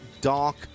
Dark